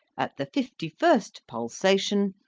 at the fifty-first pulsation,